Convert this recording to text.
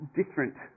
different